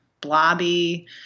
blobby